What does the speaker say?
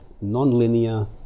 non-linear